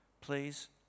please